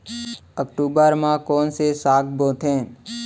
अक्टूबर मा कोन से साग बोथे?